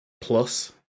plus